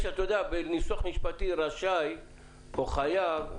יש בניסוח משפטי רשאי או חייב.